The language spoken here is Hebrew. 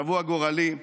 שבוע גורלי,